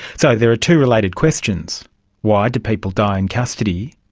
so there are two related questions why do people die in custody,